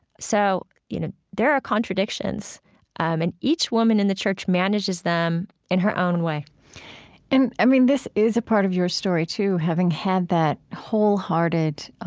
so, you know, there are contradictions and each woman in the church manages them in her own way i mean, this is a part of your story too having had that wholehearted,